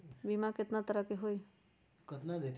बीमा केतना तरह के होइ?